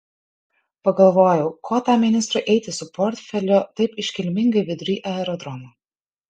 pagalvojau ko tam ministrui eiti su portfeliu taip iškilmingai vidury aerodromo